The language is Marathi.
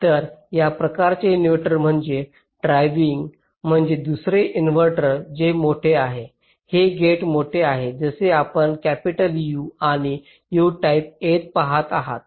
तर या प्रकारचे इनव्हर्टर म्हणजे ड्राईव्हिंग म्हणजे दुसरे इन्व्हर्टर जे मोठे आहे हे गेट मोठे आहे जसे आपण कॅपिटल U आणि U टाईम A पाहत आहात